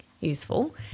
useful